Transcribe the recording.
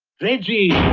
reggie!